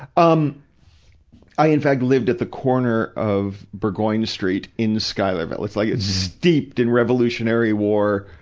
um i, in fact, lived at the corner of burgoyne street in schuylerville. it's like, it's steeped in revolutionary war,